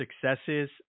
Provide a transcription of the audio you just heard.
successes